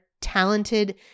talented